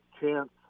chance